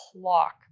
clock